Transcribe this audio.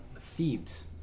Thieves